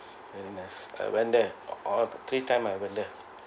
very nice I went there all three time I went there